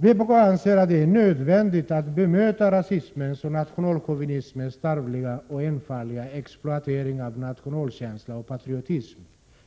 Vpk anser att det är nödvändigt att bemöta rasismens och nationalchauvinismens tarvliga och enfaldiga exploatering av nationalkänsla och patriotism